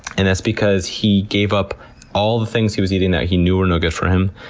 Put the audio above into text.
and that's because he gave up all the things he was eating that he knew were no good for him.